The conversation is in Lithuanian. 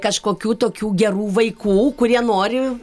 kažkokių tokių gerų vaikų kurie nori